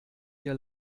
ihr